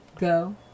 Go